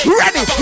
ready